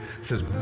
says